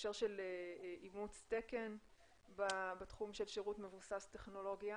ההקשר של אימוץ תקן בתחום של שירות מבוסס טכנולוגיה,